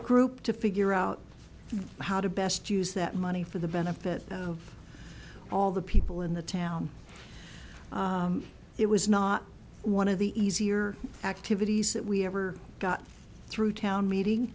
group to figure out how to best use that money for the benefit of all the people in the town it was not one of the easier activities that we ever got through town